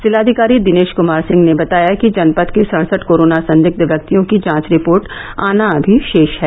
जिलाधिकारी दिनेश कुमार सिंह ने बताया कि जनपद के सड़सढ कोरोना संदिग्ध व्यक्तियों की जांच रिपोर्ट आना अभी शेष है